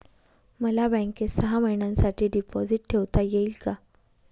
मला बँकेत सहा महिन्यांसाठी डिपॉझिट ठेवता येईल का?